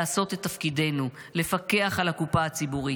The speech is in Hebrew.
לעשות את תפקידנו ולפקח על הקופה הציבורית.